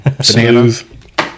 Smooth